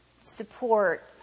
support